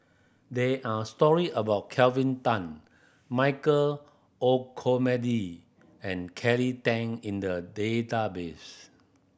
there are story about Kelvin Tan Michael Olcomendy and Kelly Tang in the database